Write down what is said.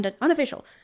Unofficial